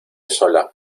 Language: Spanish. sola